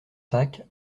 sac